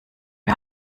wir